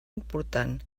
important